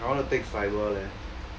I wanna take cyber leh